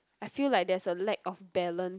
I feel like there's a lack of balance